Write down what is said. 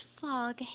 fog